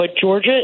Georgia